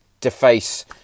deface